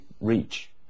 reach